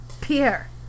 Pierre